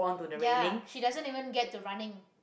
ya she doesn't even get to running